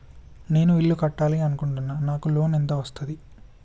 నేను ఇల్లు కట్టాలి అనుకుంటున్నా? నాకు లోన్ ఎంత వస్తది?